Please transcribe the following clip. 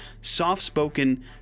soft-spoken